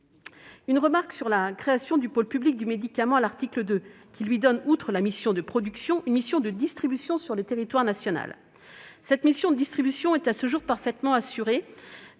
2, qui porte création d'un pôle public du médicament : ce pôle se voit confier, outre une mission de production, une mission de distribution sur le territoire national. Cette mission de distribution est, à ce jour, parfaitement assurée